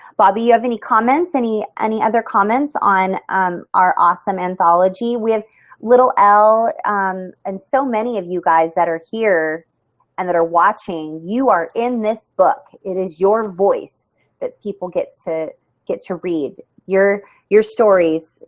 bobbi, do you have any comments, any any other comments on our awesome anthology? we have little al and so many of you guys that are here and that are watching, you are in this book. it is your voice that people get to get to read, your your stories,